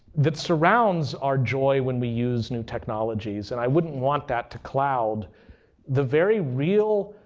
that surrounds our joy when we use new technologies, and i wouldn't want that to cloud the very real